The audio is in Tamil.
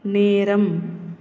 நேரம்